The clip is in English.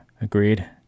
Agreed